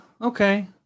Okay